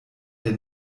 der